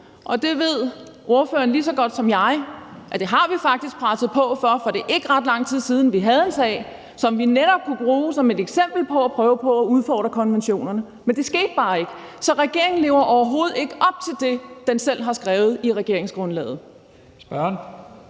gå. Det ved ordføreren lige så godt som jeg at vi faktisk har presset på for, for det er ikke ret lang tid siden, at vi havde en sag, som vi netop kunne bruge som et eksempel på det at prøve på at udfordre konventionerne, men det skete bare ikke. Så regeringen lever overhovedet ikke op til det, den selv har skrevet i regeringsgrundlaget.